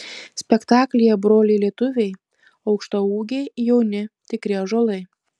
spektaklyje broliai lietuviai aukštaūgiai jauni tikri ąžuolai